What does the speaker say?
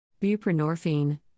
Buprenorphine –